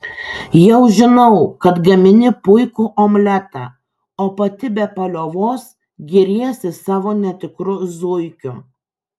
jau žinau kad gamini puikų omletą o pati be paliovos giriesi savo netikru zuikiu